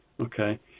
Okay